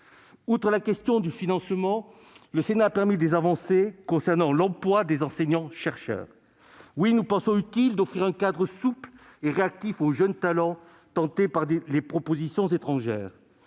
Outre la question du financement, le Sénat a permis des avancées concernant l'emploi des enseignants-chercheurs. Oui, nous pensons utile d'offrir un cadre souple et réactif aux jeunes talents tentés par les propositions étrangères,